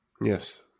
Yes